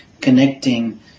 connecting